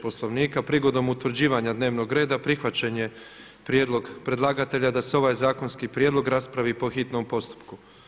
Poslovnika prigodom utvrđivanja dnevnog reda prihvaćen je prijedlog predlagatelja da se ovaj zakonski prijedlog raspravi po hitnom postupku.